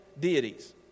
deities